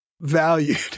valued